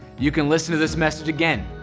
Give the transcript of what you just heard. you can listen to this message again,